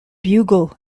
bugle